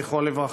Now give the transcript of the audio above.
זכרו לברכה.